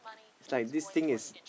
is like this thing is